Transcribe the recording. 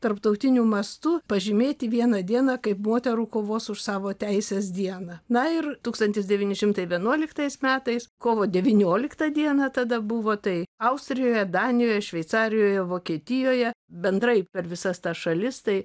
tarptautiniu mastu pažymėti vieną dieną kaip moterų kovos už savo teises dieną na ir tūkstantis devyni šimtai vienuoliktais metais kovo devynioliktą dieną tada buvo tai austrijoje danijoje šveicarijoje vokietijoje bendrai per visas tas šalis tai